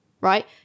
right